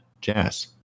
jazz